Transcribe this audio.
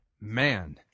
Man